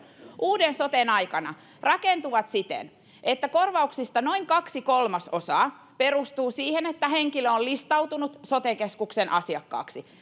uuden soten aikana rakentuvat siten että korvauksista noin kaksi kolmasosaa perustuu siihen että henkilö on listautunut sote keskuksen asiakkaaksi